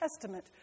Testament